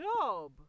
job